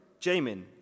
Jamin